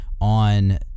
on